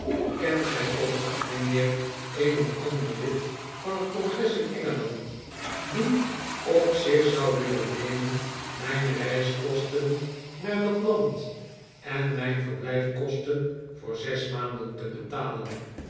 kent gij ook mijnheer een of ander lid van het congres in engeland die op zich zou willen n em en mijn reiskosten naar dat land en mijn verblijfkosten voor zes maanden te betalen